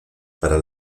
para